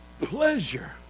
pleasure